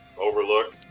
overlook